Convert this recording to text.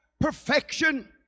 perfection